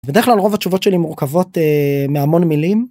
בדרך כלל רוב התשובות שלי מורכבות מהמון מילים.